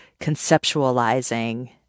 conceptualizing